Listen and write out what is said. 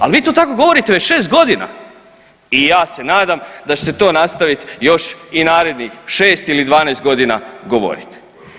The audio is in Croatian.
Ali vi to tako govorite već 6 godina i ja se nadam da ćete to nastaviti još i narednih 6 ili 12 godina govoriti.